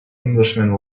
englishman